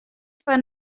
foar